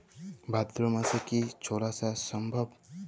ভাদ্র মাসে কি ছোলা চাষ সম্ভব?